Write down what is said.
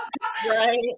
Right